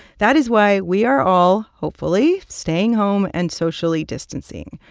that is why we are all hopefully staying home and socially distancing.